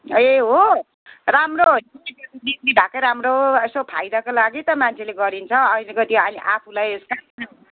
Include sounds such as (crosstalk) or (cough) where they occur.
ए हो राम्रो हो नि त्यो बिक्री भएकै राम्रो यसो फाइदाको लागि त मान्छेले गरिन्छ अहिलेको त्यो आफूलाई (unintelligible)